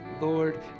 Lord